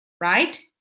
Right